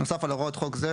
נוסף על הוראות חוק זה,